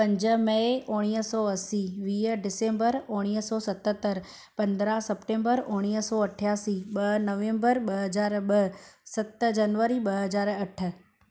पंज मई उणिवीह सौ असीं वीह डिसंबर उणिवीह सौ सतहतरि पंद्रहं सप्टैम्बर उणिवीह सौ अठासी ॿ नवम्बर ॿ हज़ार ॿ सत जनवरी ॿ हज़ार अठ